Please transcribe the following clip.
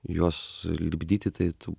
juos lipdyti tai tu